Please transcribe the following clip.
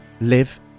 live